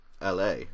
LA